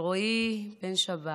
אלרועי בן שבת,